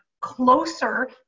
closer